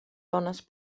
dones